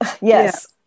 Yes